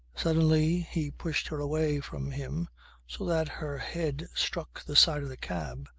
suddenly he pushed her away from him so that her head struck the side of the cab,